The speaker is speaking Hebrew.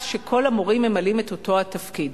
שכל המורים ממלאים את אותו התפקיד.